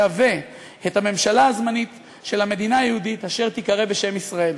יהווה את הממשלה הזמנית של הממשלה היהודית אשר תיקרא בשם 'ישראל'".